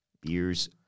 Beers